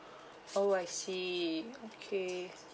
oh I see okay